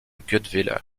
guebwiller